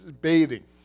bathing